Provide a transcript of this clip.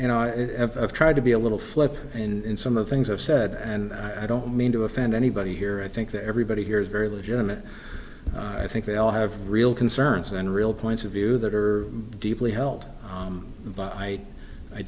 you know i tried to be a little flip and some of the things i've said and i don't mean to offend anybody here i think that everybody here is very legitimate i think they all have real concerns and real points of view that are deeply held but i i